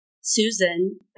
Susan